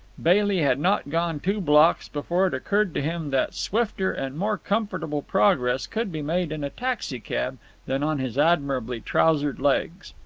bailey had not gone two blocks before it occurred to him that swifter and more comfortable progress could be made in a taxicab than on his admirably trousered legs.